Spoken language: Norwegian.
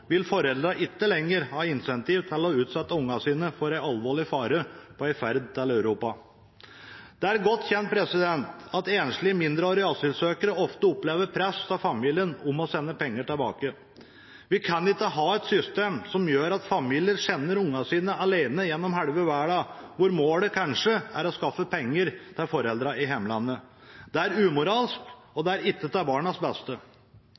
vil foreldrene ikke lenger ha incentiv til å utsette ungene sine for en alvorlig fare på en ferd til Europa. Det er godt kjent at enslige mindreårige asylsøkere ofte opplever press fra familien om å sende penger tilbake. Vi kan ikke ha et system som gjør at familier sender ungene sine alene gjennom halve verden, hvor målet kanskje er å skaffe penger til foreldrene i hjemlandet. Det er umoralsk, og det er ikke til barnas beste.